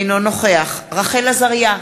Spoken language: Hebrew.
אינו נוכח רחל עזריה,